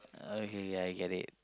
okay ya I get it